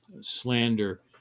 slander